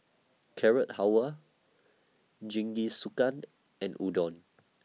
Carrot Halwa Jingisukan and Udon